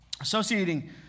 associating